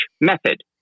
method